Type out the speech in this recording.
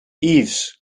yves